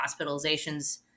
hospitalizations